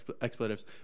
Expletives